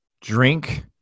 drink